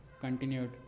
continued